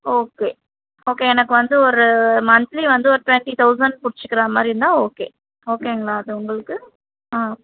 okay okay எனக்கு வந்து ஒரு மந்த்லி வந்து ஒரு ட்வெண்ட்டி தௌசண்ட் பிடிச்சுக்கிறா மாதிரி இருந்தால் ஓகே ஓகேங்களா அது உங்களுக்கு ஆ